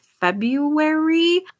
February